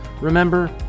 Remember